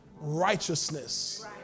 righteousness